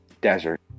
desert